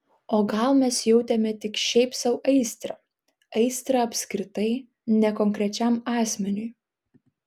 o gal mes jautėme tik šiaip sau aistrą aistrą apskritai ne konkrečiam asmeniui